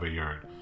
Ayard